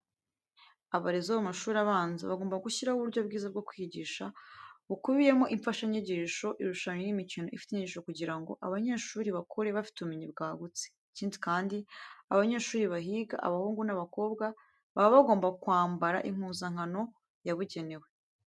Abarezi bo mu mashuri abanza bagomba gushyiraho uburyo bwiza bwo kwigisha, bukubiyemo imfashanyigisho, ibishushanyo n'imikino ifite inyigisho kugira ngo abanyeshuri bakure bafite ubumenyi bwagutse. Ikindi kandi abanyeshuri bahiga abahungu n'abakobwa, baba bagomba kwambara impuzankano yabugenewe.